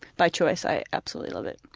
by choice, i absolutely love it.